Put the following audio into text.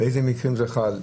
באילו מקרים זה חל,